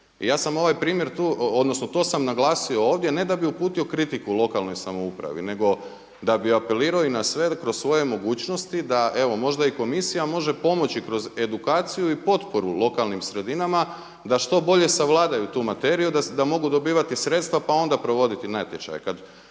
ja sam ovaj primjer, odnosno to sam naglasio ovdje ne da bi uputio kritiku lokalnoj samoupravi, nego da bi apelirao i na sve kroz svoje mogućnosti da evo možda i komisija može pomoći kroz edukaciju i potporu lokalnim sredinama da što bolje savladaju tu materiju da mogu dobivati sredstva pa onda provoditi natječaje.